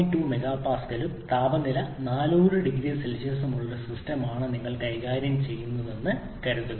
2 MPa ഉം താപനില 400 0C ഉം ഉള്ള ഒരു സിസ്റ്റമാണ് നിങ്ങൾ കൈകാര്യം ചെയ്യുന്നതെന്ന് നിങ്ങൾ കരുതുന്നുവെന്ന് കരുതുക